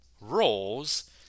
roles